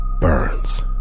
burns